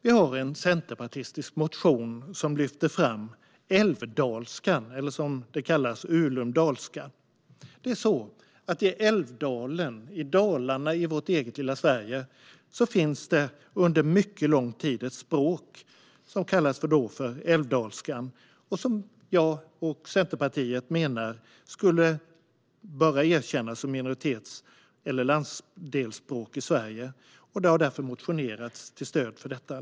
Vi har en centerpartistisk motion där vi lyfter fram älvdalskan eller dalska, som det kallas. I Älvdalen i Dalarna, i vårt eget lilla Sverige, finns sedan mycket lång tid ett språk som kallas för älvdalska och som jag och Centerpartiet menar borde erkännas som minoritets eller landsdelsspråk i Sverige. Det har därför motionerats till stöd för detta.